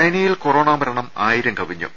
ചൈനയിൽ കൊറോണ മരണം ആയിരം കവിഞ്ഞു